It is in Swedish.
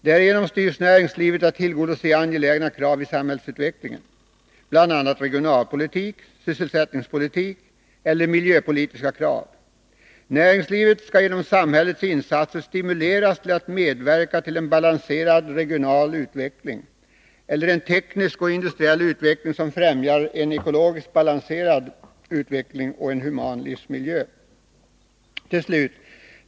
Därigenom styrs näringslivet att tillgodose angelägna krav i samhällsutvecklingen bl.a. regional och sysselsättningspolitiska samt miljöpolitiska krav. Näringslivet skall genom samhällets insatser stimuleras till att medverka till en balanserad regional utveckling samt en teknisk och industriell utvecklig som främjar en ekologiskt balanserad utveckling och en human livsmiljö.